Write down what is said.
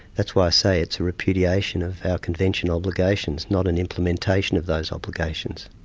that's why i say it's a repudiation of our convention obligations, not an implementation of those obligations.